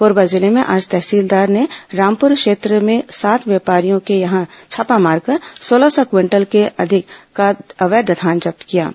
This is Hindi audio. कोरबा जिले में आज तहसीलदार ने रामपुर क्षेत्र में सात व्यापारियों के यहां छापा मारकर सोलह सौ क्विंटल से अधिक का अवैध धान जब्त किया है